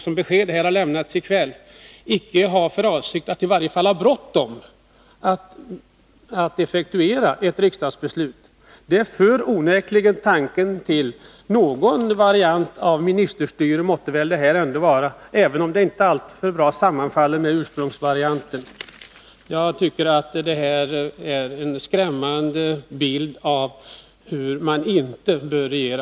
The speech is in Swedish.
För det tredje: Det har i kväll lämnats det beskedet att man i varje fall inte har bråttom att effektuera ett riksdagsbeslut. Det för onekligen tanken till att någon variant av ministerstyre måtte väl detta ändå vara, även om det inte helt sammanfaller med ursprungsvarianten. Jag tycker att detta ger en skrämmande bild av hur man inte bör regera.